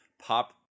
pop